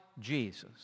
Jesus